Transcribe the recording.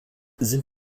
sind